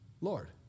Lord